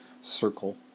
circle